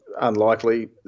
unlikely